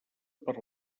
per